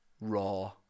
raw